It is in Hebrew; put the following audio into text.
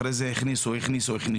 אחר כך הכניסו עוד.